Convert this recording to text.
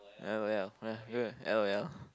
l_o_l l_o_l